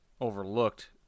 overlooked